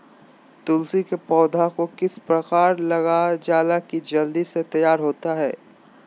तुलसी के पौधा को किस प्रकार लगालजाला की जल्द से तैयार होता है?